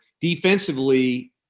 defensively